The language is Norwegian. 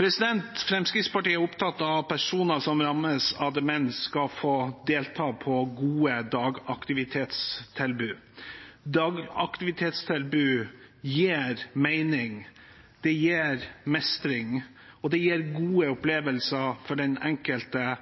Fremskrittspartiet er opptatt av at personer som rammes av demens, skal få delta på gode dagaktivitetstilbud. Dagaktivitetstilbud gir mening, det gir mestring, det gir gode opplevelser for den enkelte